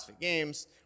games